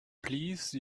please